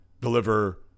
Deliver